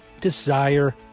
desire